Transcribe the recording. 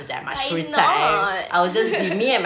why not